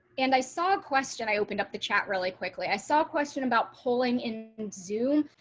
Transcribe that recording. and i saw a question i opened up the chat really quickly. i saw a question about pulling in, zoom,